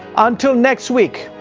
until next week,